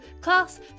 Class